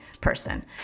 person